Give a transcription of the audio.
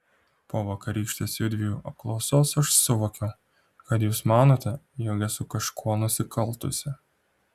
po vakarykštės judviejų apklausos aš suvokiau kad jūs manote jog esu kažkuo nusikaltusi